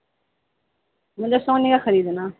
مجھے سونی کا خریدنا